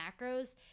macros